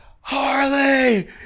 Harley